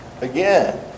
again